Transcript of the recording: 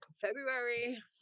February